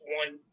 one